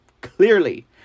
clearly